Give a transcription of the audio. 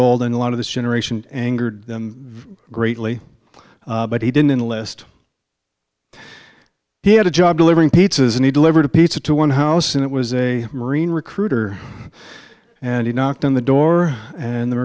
old and a lot of this generation angered them greatly but he didn't list he had a job delivering pizzas need to leverage a pizza to one house and it was a marine recruiter and he knocked on the door and the